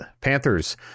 panthers